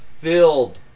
filled